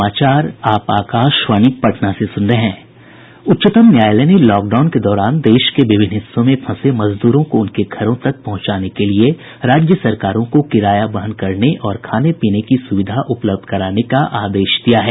उच्चतम न्यायालय ने लॉकडाउन के दौरान देश के विभिन्न हिस्सों में फंसे मजदूरों को उनके घरों तक पहुंचाने के लिए राज्य सरकारों को किराया वहन करने और खाने पीने की सुविधा उपलब्ध कराने का आदेश दिया है